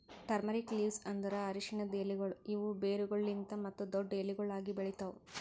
turmeric leaves ಅಂದುರ್ ಅರಶಿನದ್ ಎಲೆಗೊಳ್ ಇವು ಬೇರುಗೊಳಲಿಂತ್ ಮತ್ತ ದೊಡ್ಡು ಎಲಿಗೊಳ್ ಆಗಿ ಬೆಳಿತಾವ್